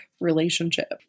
relationship